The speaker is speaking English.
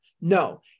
No